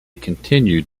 continued